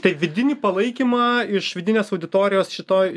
tai vidinį palaikymą iš vidinės auditorijos šitoj